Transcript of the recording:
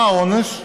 מה העונש?